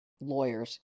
lawyers